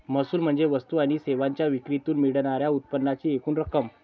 महसूल म्हणजे वस्तू आणि सेवांच्या विक्रीतून मिळणार्या उत्पन्नाची एकूण रक्कम